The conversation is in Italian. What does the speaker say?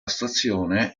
stazione